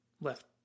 left